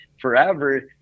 forever